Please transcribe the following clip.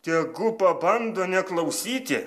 tegu pabando neklausyti